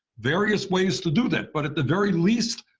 various ways to do that. but at the very least,